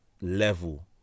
level